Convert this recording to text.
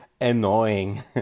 annoying